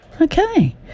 Okay